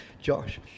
Josh